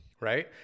right